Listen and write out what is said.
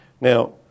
Now